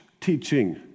teaching